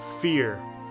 fear